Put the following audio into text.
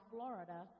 Florida